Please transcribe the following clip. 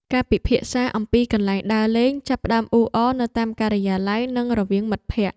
ការពិភាក្សាអំពីកន្លែងដើរលេងចាប់ផ្ដើមអ៊ូអរនៅតាមការិយាល័យ និងរវាងមិត្តភក្ដិ។